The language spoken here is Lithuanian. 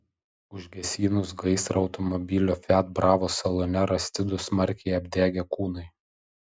užgesinus gaisrą automobilio fiat bravo salone rasti du smarkiai apdegę kūnai